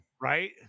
Right